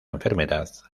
enfermedad